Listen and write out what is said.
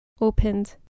opened